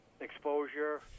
exposure